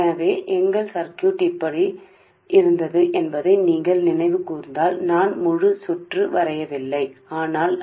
కాబట్టి మీరు మా సర్క్యూట్ను గుర్తు చేసుకుంటే నేను పూర్తి సర్క్యూట్ను గీయడం లేదు అయితే VG S